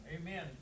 Amen